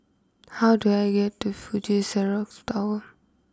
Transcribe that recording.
how do I get to Fuji Xerox Tower